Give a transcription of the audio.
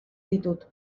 ditut